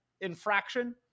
infraction